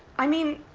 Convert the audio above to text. i mean,